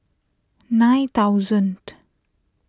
nine thousand